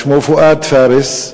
שמו פואד פארס,